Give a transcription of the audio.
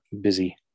busy